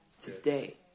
Today